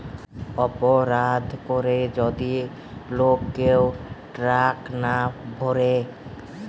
অপরাধ করে যদি লোক কেউ ট্যাক্স না ভোরে